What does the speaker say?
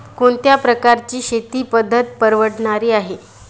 कोणत्या प्रकारची शेती पद्धत परवडणारी आहे?